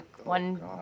One